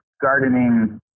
gardening